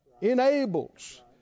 enables